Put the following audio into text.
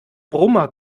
brummer